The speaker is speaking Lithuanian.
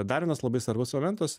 dar vienas labai svarbus momentas